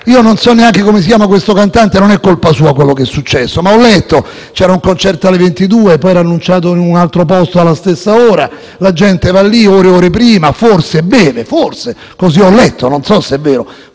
Io non so neanche come si chiami questo cantante e non è colpa sua quello che è successo, ma ho letto che c'era un concerto alle ore 22, poi era annunciato in un altro posto alla stessa ora. La gente era lì ore e ore prima e forse beve: dico «forse» perché così ho letto e non so se è vero.